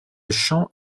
chant